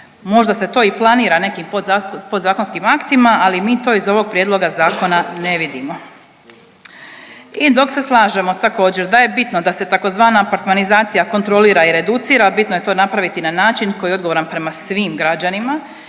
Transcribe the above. Možda se to i planira nekim podzakonskim aktima, ali mi to iz ovog prijedloga zakona ne vidimo. I dok se slažemo također da je bitno da se tzv. apartmanizacija kontrolira i reducira, bitno je to napraviti na način koji je odgovoran prema svim građanima